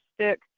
stick